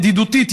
ידידותית,